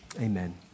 Amen